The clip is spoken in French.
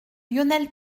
lionel